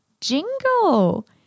jingle